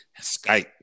Skype